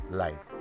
life